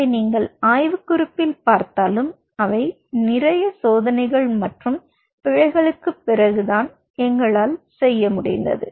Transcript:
இதை நீங்கள் ஆய்வு குறிப்பில் பார்த்தாலும் அவை நிறைய சோதனைகள் மற்றும் பிழைகளுக்குப் பிறகுதான் நாங்கள் செய்ய முடிந்தது